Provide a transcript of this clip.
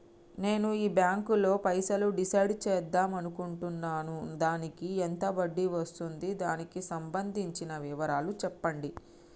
నేను ఈ బ్యాంకులో పైసలు డిసైడ్ చేద్దాం అనుకుంటున్నాను దానికి ఎంత వడ్డీ వస్తుంది దానికి సంబంధించిన వివరాలు చెప్పండి?